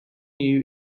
you